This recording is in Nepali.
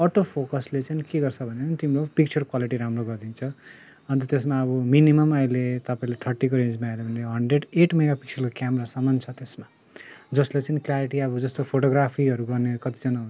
अटो फोकसले चाहिँ के गर्छ भने नि तिम्रो पिक्चर क्वालिटी राम्रो गरिदिन्छ अन्त त्यसमा अब मिनिमम् अहिले तपाईँले थर्टीको रेन्जमा हेऱ्यो भने हन्ड्रेड एट मेगापिक्सलको क्यामरासम्म छ त्यसमा जसले चाहिँ क्लारिटी अब जस्तो फोटोग्राफीहरू गर्ने कतिजना हुनुहुन्छ